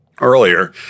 earlier